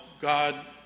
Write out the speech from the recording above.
God